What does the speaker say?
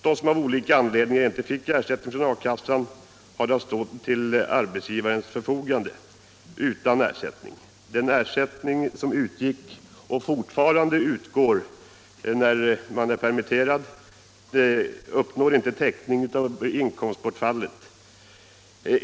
De som av olika anledningar inte fick ersättning från a-kassan hade att stå till arbetsgivarens förfogande utan ersättning. Den ersättning som utgick och fortfarande utgår när man är permitterad täcker inte inkomstbortfallet.